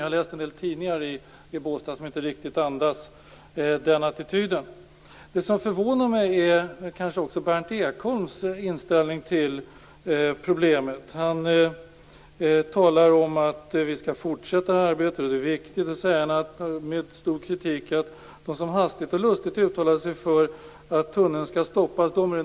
Jag har läst en del tidningar i Båstad som inte riktigt andas den attityden. Det som förvånar mig är Berndt Ekholms inställning till problemet. Han talar om att vi skall fortsätta det här arbetet och att det är viktigt. Sedan säger han kritiskt att det är något fel på dem som hastigt och lustigt uttalade sig för att tunneln skall stoppas.